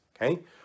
okay